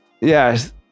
yes